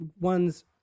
ones